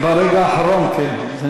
ברגע האחרון, כן.